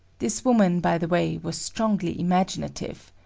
this woman, by the way, was strongly imaginative.